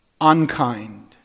unkind